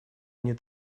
они